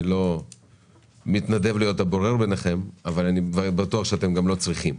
איני מתנדב להיות הבורר ביניכם ואני בטוח שאינכם צריכים.